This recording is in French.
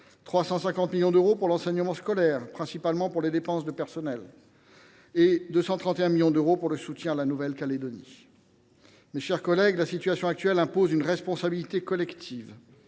350 millions d’euros pour l’enseignement scolaire, principalement pour les dépenses de personnel, et 231 millions d’euros pour la Nouvelle Calédonie. Mes chers collègues, la situation actuelle engage notre responsabilité collective.